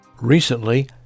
Recently